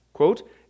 Quote